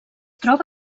troba